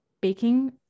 baking